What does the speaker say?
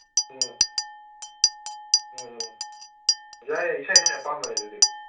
ꯎꯝ ꯎꯝ ꯎꯝ ꯌꯥꯏ ꯏꯁꯥ ꯏꯁꯥꯒꯤ ꯑꯄꯥꯝꯕꯅꯤ ꯑꯗꯨꯗꯤ